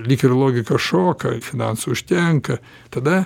lyg ir logika šoka finansų užtenka tada